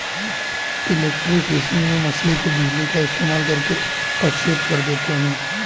electrofishing में मछली को बिजली का इस्तेमाल करके अचेत कर देते हैं